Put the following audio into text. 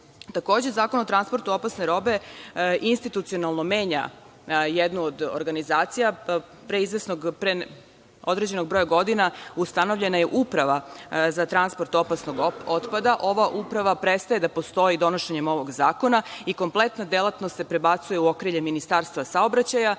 Zakon o transportu opasne robe institucionalno menja jednu od organizacija. Pre određenog broja godina ustanovljena je Uprava za transport opasnog otpada. Ova Uprava prestaje da postoji donošenjem ovog zakona i kompletna delatnost se prebacuje u okvire Ministarstva saobraćaja.